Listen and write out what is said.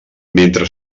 mentre